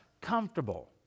comfortable